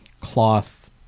cloth